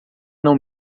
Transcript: não